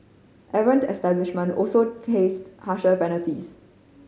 errant establishment also faced harsher penalties